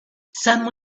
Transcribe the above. some